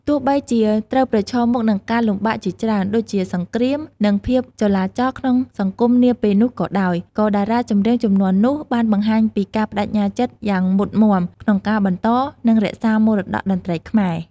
ទោះបីជាត្រូវប្រឈមមុខនឹងការលំបាកជាច្រើន ដូចជាសង្គ្រាម និងភាពចលាចលក្នុងសង្គមនាពេលនោះក៏ដោយ ក៏តារាចម្រៀងជំនាន់នោះបានបង្ហាញពីការប្តេជ្ញាចិត្តយ៉ាងមុតមាំ ក្នុងការបន្ត និងរក្សាមរតកតន្ត្រីខ្មែរ។